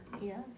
Yes